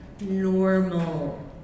normal